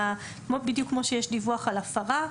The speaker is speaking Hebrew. בדיוק כמו שיש דיווח על הפרה,